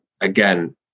again